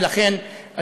ולכן,